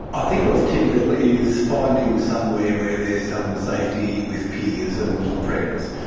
i think what's typical is finding somewhere where there's some safety with peers and friends,